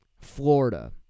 Florida